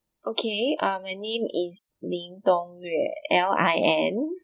okay uh my name is Lin Dong Yue L I N